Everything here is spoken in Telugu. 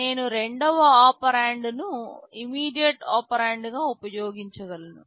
నేను రెండవ ఒపెరాండ్ను ఇమీడియట్ ఒపెరాండ్గా ఉపయోగించగలను